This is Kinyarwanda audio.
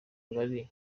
ngari